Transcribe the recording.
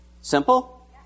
Simple